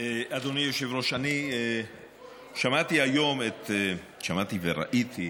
אדוני היושב-ראש, אני שמעתי היום, שמעתי וראיתי,